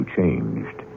changed